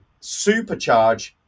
supercharge